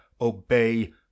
obey